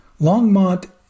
Longmont